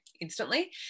instantly